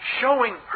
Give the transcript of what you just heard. showing